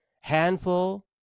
handful